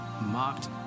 mocked